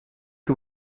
que